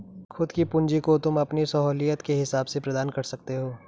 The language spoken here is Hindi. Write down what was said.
खुद की पूंजी को तुम अपनी सहूलियत के हिसाब से प्रदान कर सकते हो